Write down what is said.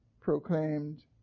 proclaimed